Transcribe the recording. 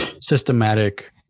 systematic